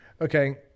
Okay